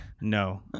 no